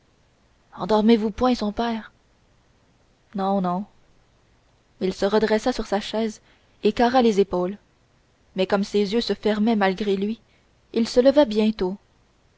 endormez vous point son père non non il se redressa sur sa chaise et carra les épaules mais comme ses yeux se fermaient malgré lui il se leva bientôt